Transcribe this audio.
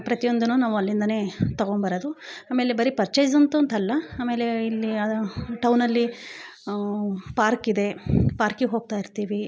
ಪ್ರತಿಯೊಂದು ನಾವು ಅಲ್ಲಿಂದ ತಗೊಂಬರೋದು ಆಮೇಲೆ ಬರೀ ಪರ್ಚೇಸು ಅಂತಂತೂ ಅಲ್ಲ ಆಮೇಲೆ ಇಲ್ಲಿ ಟೌನಲ್ಲಿ ಪಾರ್ಕ್ ಇದೆ ಪಾರ್ಕಿಗೆ ಹೋಗ್ತಾ ಇರ್ತೀವಿ